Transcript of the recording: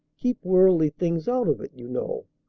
keep worldly things out of it, you know.